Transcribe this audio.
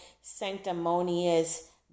sanctimonious